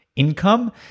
income